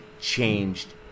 changed